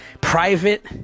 private